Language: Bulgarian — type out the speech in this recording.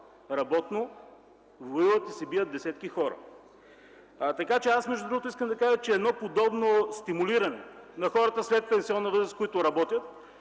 работно място воюват и се бият десетки хора. Аз между другото искам да кажа, че едно подобно стимулиране на хората след пенсионна възраст, които работят,